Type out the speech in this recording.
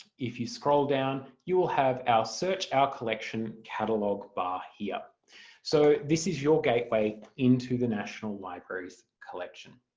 if you scroll down you will have our search our collection catalogue bar here so this is your gateway into the national library's collection.